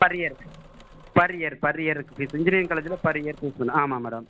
per year per year per இயருக்கு fees engineering காலேஜில் per year fees ஆ ஆமாம் மேடம்